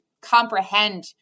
comprehend